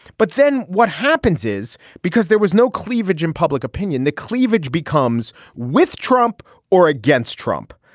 but then what happens is because there was no cleavage in public opinion the cleavage becomes with trump or against trump.